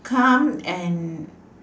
come and